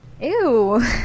ew